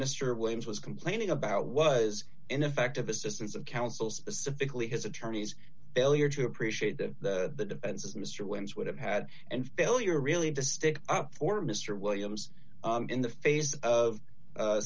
mr williams was complaining about was ineffective assistance of counsel specifically his attorney's failure to appreciate that the defense as mr wins would have had and failure really does stick up for mr williams in the face of